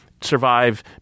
Survive